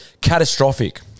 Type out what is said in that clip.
Catastrophic